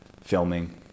filming